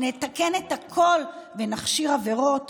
נתקן את הכול ונכשיר עבירות?